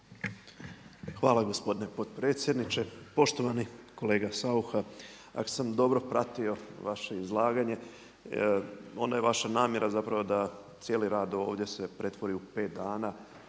Hvala gospodine potpredsjedniče. Poštovani kolega Saucha ako sam dobro pratio vaše izlaganje onda je vaša namjera zapravo da cijeli rad ovdje se pretvori u 5 dana